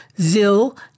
zil